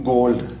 Gold